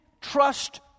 trust